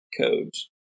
codes